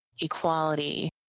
equality